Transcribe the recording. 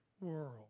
world